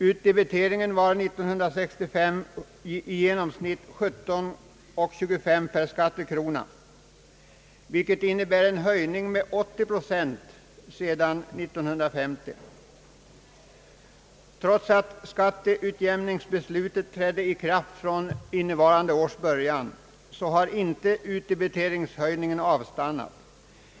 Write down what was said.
Utdebiteringen var 1965 i genomsnitt 17:25 per skattekrona, vilket innebär en höjning med 80 procent sedan 1950. Trots att skatteutjämningsbeslutet trätt i kraft vid innevarande års början har utdebiteringshöjningen inte avstannat.